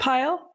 Pile